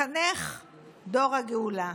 מחנך דור הגאולה.